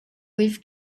with